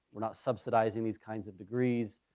we're not subsidizing these kinds of degrees.